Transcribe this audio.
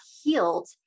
healed